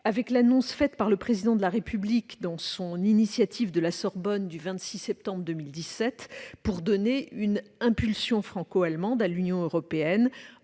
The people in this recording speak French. avec l'annonce faite par le Président de la République dans son initiative de la Sorbonne du 26 septembre 2017 de donner « une impulsion franco-allemande » à l'Union européenne,